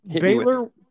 Baylor